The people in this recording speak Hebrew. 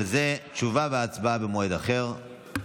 על זה תשובה והצבעה במועד אחר.